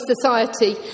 society